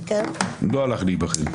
לא הלך להיבחן.